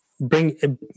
bring